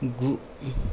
गु